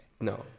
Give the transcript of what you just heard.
No